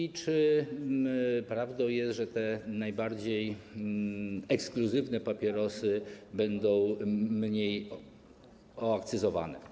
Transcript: I czy prawdą jest, że te najbardziej ekskluzywne papierosy będą mniej oakcyzowane?